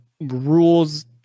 rules